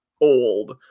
old